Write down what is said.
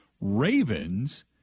Ravens